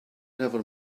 never